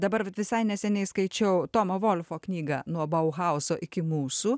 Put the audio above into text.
dabarvat visai neseniai skaičiau tomo volfo knygą nuo bauhauso iki mūsų